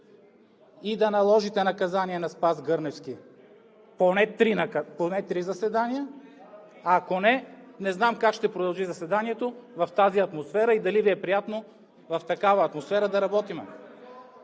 и да наложите наказание на Спас Гърневски – поне три заседания, ако не, не знам как ще продължи заседанието в тази атмосфера и дали Ви е приятно в такава атмосфера да работим.